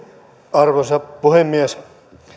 arvoisa puhemies